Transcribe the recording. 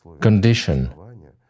condition